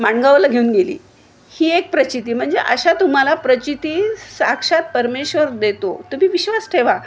माणगावला घेऊन गेली ही एक प्रचिती म्हणजे अशा तुम्हाला प्रचिती साक्षात परमेश्वर देतो तुम्ही विश्वास ठेवा